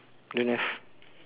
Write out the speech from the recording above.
don't have